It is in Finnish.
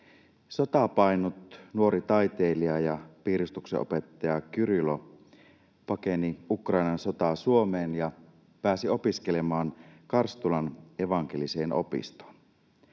Sotaa paennut nuori taiteilija ja piirustuksenopettaja Kyrylo pakeni Ukrainan sotaa Suomeen ja pääsi opiskelemaan Karstulan Evankeliseen opistoon.